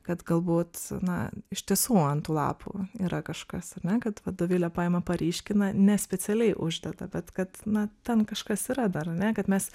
kad galbūt na iš tiesų ant tų lapų yra kažkas ar ne kad va dovilė paima paryškina ne specialiai uždeda bet kad na ten kažkas yra dar ane kad mes